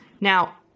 Now